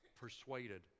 Persuaded